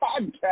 Podcast